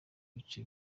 ibice